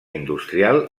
industrial